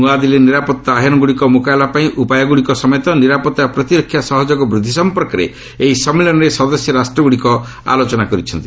ନୂଆ ନୂଆ ନିରାପତ୍ତା ଆହ୍ୱାନଗୁଡ଼ିକୁ ମୁକାବିଲା ପାଇଁ ଉପାୟଗୁଡ଼ିକ ସମେତ ନିରାପତ୍ତା ଓ ପ୍ରତିରକ୍ଷା ସହଯୋଗ ବୃଦ୍ଧି ସଂପର୍କରେ ଏହି ସମ୍ମିଳନୀରେ ସଦସ୍ୟ ରାଷ୍ଟ୍ରଗୁଡ଼ିକ ଆଲୋଚନା କରିଛନ୍ତି